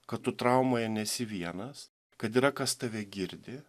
kad tu traumoje nesi vienas kad yra kas tave girdi